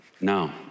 No